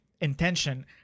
intention